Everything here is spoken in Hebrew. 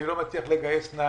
אני לא מצליח לגייס נהגים.